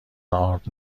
آرد